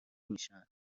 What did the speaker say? میشن